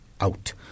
out